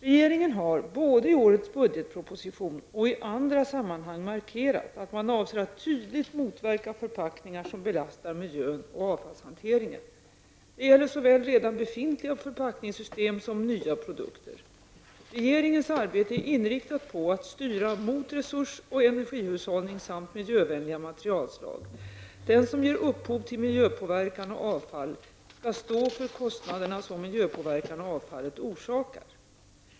Regeringen har både i årets budgetproposition och i andra sammanhang markerat att man avser att tydligt motverka förpackningar som belastar miljön och avfallshanteringen. Det gäller såväl redan befintliga förpackningssystem som nya produkter. Regeringens arbete är inriktat på att styra mot resurs och energihushållning samt miljövänliga materialslag. Den som ger upphov till miljöpåverkan och avfall skall stå för kostnaderna som miljöpåverkan och avfallet orsakar.